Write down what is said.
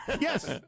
Yes